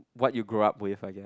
what you grow up with I guess